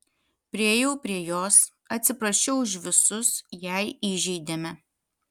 priėjau prie jos atsiprašiau už visus jei įžeidėme